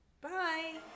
Bye